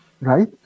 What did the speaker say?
right